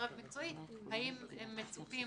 רב-מקצועי האם הם מצופים